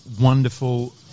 wonderful